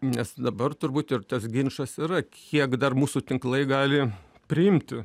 nes dabar turbūt ir tas ginčas yra kiek dar mūsų tinklai gali priimti